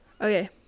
Okay